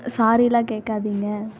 சாரிலாம் கேட்காதீங்க